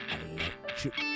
electric